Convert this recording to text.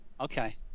okay